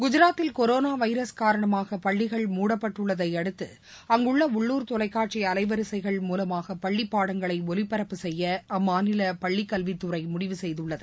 குஜராத்தில் கொரோனாவைரஸ் காரணமாக பள்ளிகள் மூடப்பட்டுள்ளதைஅடுத்து அங்குள்ளஉள்ளுர் தொலைக்காட்சிஅலைவரிசைகள் பள்ளிபாடங்களைஒளிபரப்பு மூலமாக செய்ய அம்மாநிலபள்ளிக்கல்வித்துறைமுடிவு செய்துள்ளது